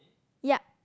yup